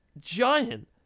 giant